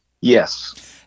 Yes